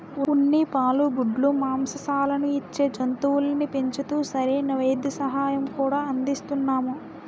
ఉన్ని, పాలు, గుడ్లు, మాంససాలను ఇచ్చే జంతువుల్ని పెంచుతూ సరైన వైద్య సహాయం కూడా అందిస్తున్నాము